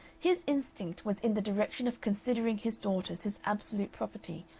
his instinct was in the direction of considering his daughters his absolute property,